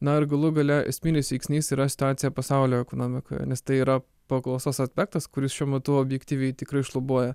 na ir galų gale esminis veiksnys yra situacija pasaulio ekonomikoje nes tai yra paklausos aspektas kuris šiuo metu objektyviai tikrai šlubuoja